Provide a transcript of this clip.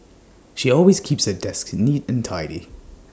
she always keeps her desk neat and tidy